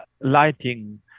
lighting